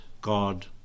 God